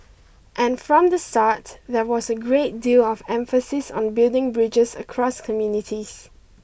and from the start there was a great deal of emphasis on building bridges across communities